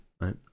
right